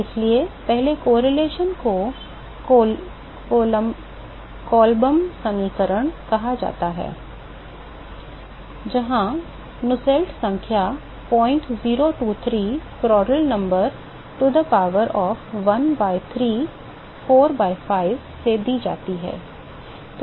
और इसलिए पहले सहसंबंध को कोल्बम समीकरण कहा जाता है जहां नुसेल्ट संख्या 0023 प्रांड्ल संख्या to the power of 1 by 3 4 by 5 से दी जाती है